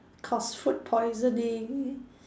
cause food poisoning